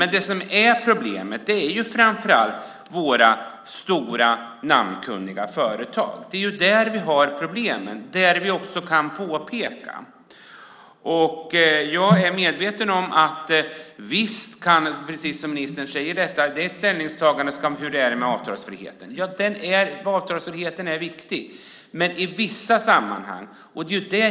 Det som är problemet är framför allt våra stora namnkunniga företag. Det är där som vi har problemen och där vi också kan göra påpekanden. Jag är medveten om, precis som ministern säger, att det är ett ställningstagande i fråga om avtalsfriheten. Avtalsfriheten är viktig.